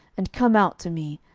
and come out to me,